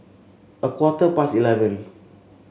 a quarter past eleven